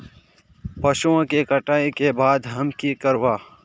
पशुओं के कटाई के बाद हम की करवा?